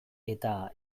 eta